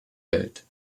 welt